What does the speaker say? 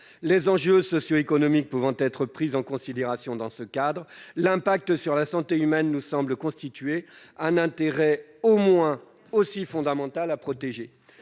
Les enjeux socioéconomiques peuvent être pris en considération dans ce cadre, mais l'impact sur la santé humaine nous semble constituer un intérêt au moins aussi fondamental à protéger.